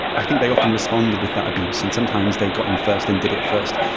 i think they often responded with that abuse, and sometimes they got in first and did it first.